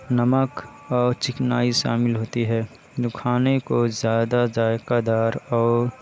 نمک اور چکنائی شامل ہوتی ہے جو کھانے کو زیادہ ذائقہ دار اور